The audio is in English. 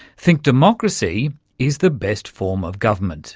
think democracy is the best form of government